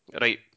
right